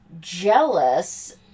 jealous